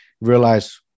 realize